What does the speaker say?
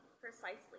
precisely